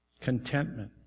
Contentment